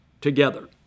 together